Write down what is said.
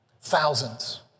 Thousands